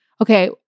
okay